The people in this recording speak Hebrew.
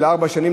של ארבע שנים,